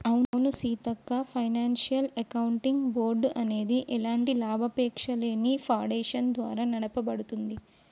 అవును Seethakka financial accounting board అనేది ఎలాంటి లాభాపేక్షలేని ఫాడేషన్ ద్వారా నడపబడుతుంది